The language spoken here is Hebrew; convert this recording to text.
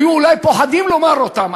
היו אולי פוחדים לומר אותם,